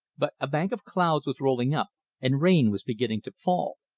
but a bank of clouds was rolling up and rain was beginning to fall.